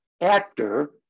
actor